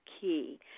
key